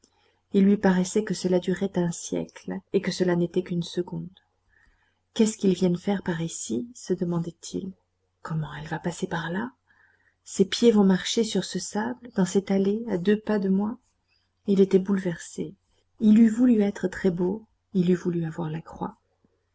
il lui paraissait que cela durait un siècle et que cela n'était qu'une seconde qu'est-ce qu'ils viennent faire par ici se demandait-il comment elle va passer là ses pieds vont marcher sur ce sable dans cette allée à deux pas de moi il était bouleversé il eût voulu être très beau il eût voulu avoir la croix